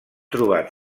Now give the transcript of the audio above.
trobat